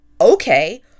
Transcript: Okay